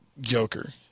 joker